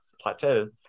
plateau